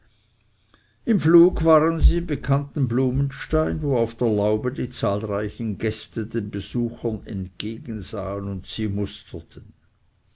im fluge waren sie im bekannten blumenstein wo auf der laube die zahlreichen gäste den besuchern entgegensahen und sie musterten